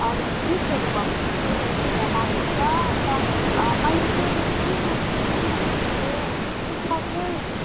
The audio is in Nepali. अलिकति विकहरू भएको जस्तै अन्त लाग्दैछ अन्त मैले चाहिँ के सोचेँ भन्दाखेरि चाहिँ उसलाई चाहिँ